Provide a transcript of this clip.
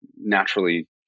naturally